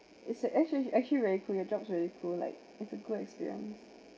it's a~ actually actually very cool your job's very cool like it's a good experience